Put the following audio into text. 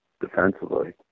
defensively